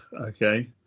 okay